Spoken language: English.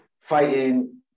fighting